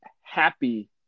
happy